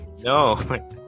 No